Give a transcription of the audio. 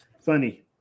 Funny